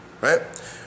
right